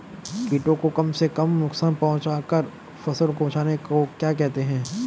कीटों को कम से कम नुकसान पहुंचा कर फसल को बचाने को क्या कहते हैं?